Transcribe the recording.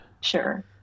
Sure